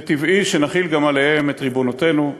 וטבעי שנחיל גם עליהם את ריבונותנו,